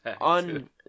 on